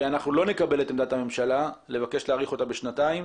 אנחנו לא נקבל את עמדת הממשלה לבקש להאריך בשנתיים.